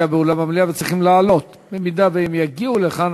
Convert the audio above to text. באולם המליאה וצריכים לעלות: אם הם יגיעו לכאן,